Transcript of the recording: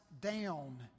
down